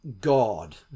God